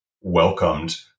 welcomed